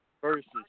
versus